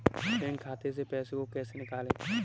Bank खाते से पैसे को कैसे निकालें?